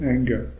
Anger